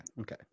okay